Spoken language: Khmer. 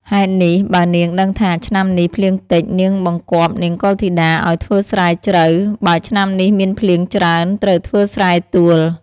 ហេតុនេះបើនាងដឹងថា ឆ្នាំនេះភ្លៀងតិច នាងបង្គាប់នាងកុលធីតាឲ្យធ្វើស្រែជ្រៅ បើឆ្នាំនេះ មានភ្លៀងច្រើន ត្រូវធ្វើស្រែទួល។